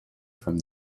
from